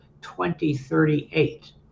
2038